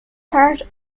part